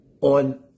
on